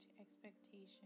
expectation